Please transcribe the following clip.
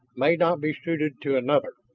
may not be suited to another.